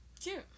Cute